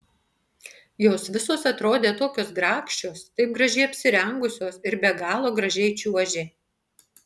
jos visos atrodė tokios grakščios taip gražiai apsirengusios ir be galo gražiai čiuožė